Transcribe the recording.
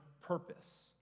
purpose